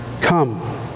Come